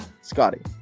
Scotty